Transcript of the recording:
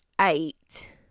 eight